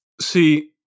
See